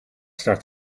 start